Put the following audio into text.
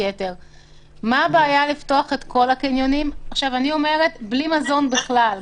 מה הבעיה לפתוח את כל הקניונים בלי מזון בכלל,